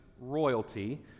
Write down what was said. royalty